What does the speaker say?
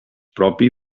propi